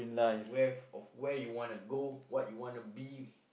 where of where you wanna go what you wanna be